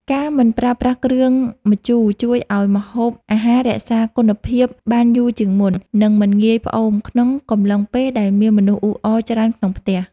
ការមិនប្រើប្រាស់គ្រឿងម្ជូរជួយឱ្យម្ហូបអាហាររក្សាគុណភាពបានយូរជាងមុន និងមិនងាយផ្អូមក្នុងកំឡុងពេលដែលមានមនុស្សអ៊ូអរច្រើនក្នុងផ្ទះ។